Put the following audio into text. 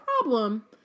problem